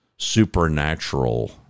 supernatural